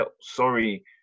sorry